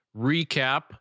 recap